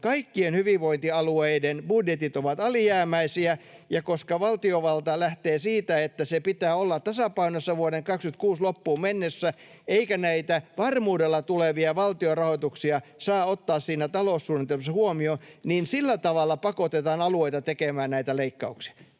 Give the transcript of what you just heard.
kaikkien hyvinvointialueiden budjetit ovat alijäämäisiä, ja koska valtiovalta lähtee siitä, että niiden pitää olla tasapainossa vuoden 26 loppuun mennessä eikä näitä varmuudella tulevia valtionrahoituksia saa ottaa siinä taloussuunnitelmassa huomioon, niin sillä tavalla pakotetaan alueita tekemään näitä leikkauksia.